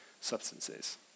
substances